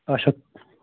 آچھا